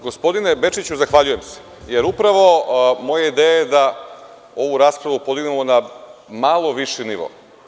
Gospodine Bečiću, zahvaljujem se, jer upravo moja ideja je da ovu raspravu podignemo na malo viši nivo.